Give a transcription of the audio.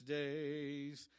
days